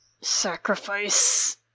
Sacrifice